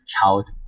child